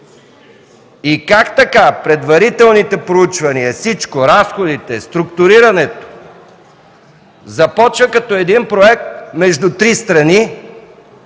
Иван Костов. Предварителните проучвания, всичко – разходите, структурирането, започва като един проект между три страни